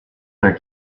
their